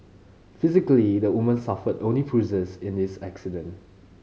physically the woman suffered only bruises in this accident